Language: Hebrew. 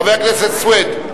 חבר הכנסת סוייד,